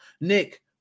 Nick